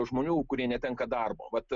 žmonių kurie netenka darbo vat